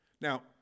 Now